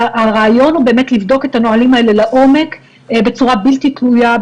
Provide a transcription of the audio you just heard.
הרעיון הוא לבדוק את הנהלים האלה לעומק בצורה בלתי תלויה,